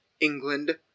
England